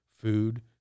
food